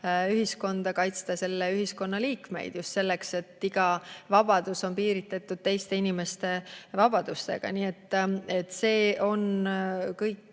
ühiskonda, kaitsta selle ühiskonna liikmeid. Just nimelt, iga vabadus on piiritletud teiste inimeste vabadustega. See on meie